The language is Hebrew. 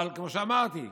אבל כמו שאמרתי,